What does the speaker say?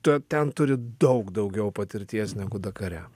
tu ten turi daug daugiau patirties negu dakare